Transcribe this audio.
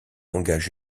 engage